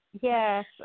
Yes